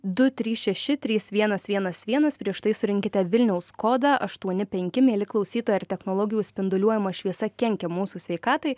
du trys šeši trys vienas vienas vienas prieš tai surinkite vilniaus kodą aštuoni penki mieli klausytojai ar technologijų spinduliuojama šviesa kenkia mūsų sveikatai